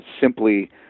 simply